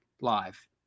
live